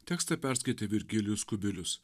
tekstą perskaitė virgilijus kubilius